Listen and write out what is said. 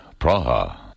Praha